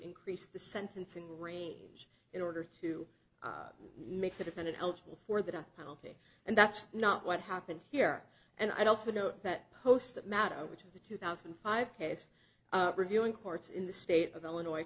increase the sentencing range in order to make the defendant eligible for the death penalty and that's not what happened here and i'd also note that post that matter which is a two thousand and five case reviewing courts in the state of illinois